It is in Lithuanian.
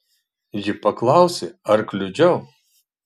ji paklausė ar kliudžiau